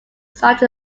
such